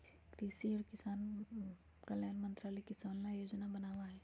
कृषि और किसान कल्याण मंत्रालय किसनवन ला योजनाएं बनावा हई